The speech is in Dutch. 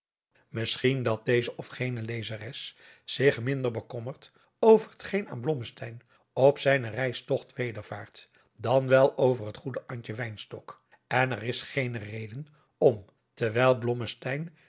misschien dat deze of gene lezeres zich minder bekommert over het geen aan blommesteyn op zijnen reistogt wedervaart dan wel over het goede antje wynstok en er is geene reden om terwijl